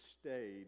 stayed